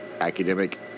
academic